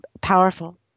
powerful